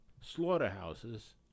slaughterhouses